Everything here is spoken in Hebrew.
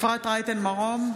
אפרת רייטן מרום,